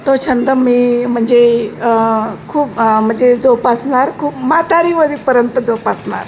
तो छंद मी म्हणजे खूप म्हणजे जोपासणार खूप म्हातारीवरीपर्यंत जोपासणार